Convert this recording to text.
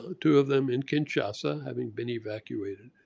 ah two of them in kinshasa having been evacuated,